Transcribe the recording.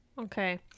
Okay